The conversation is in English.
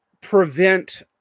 prevent